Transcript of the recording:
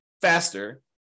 faster